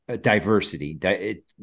diversity